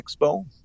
Expo